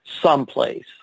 someplace